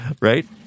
right